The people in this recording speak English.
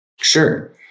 Sure